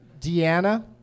Deanna